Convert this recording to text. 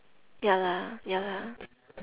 ya lah ya lah